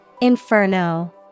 Inferno